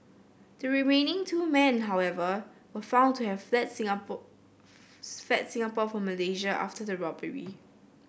the remaining two men however were found to have fled Singapore fled Singapore for Malaysia after the robbery